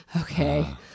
okay